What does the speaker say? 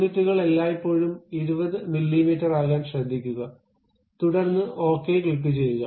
യൂണിറ്റുകൾ എല്ലായ്പ്പോഴും 20 മില്ലിമീറ്ററാകാൻ ശ്രദ്ധിക്കുക തുടർന്ന് ഒകെ ക്ലിക്കുചെയ്യുക